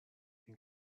این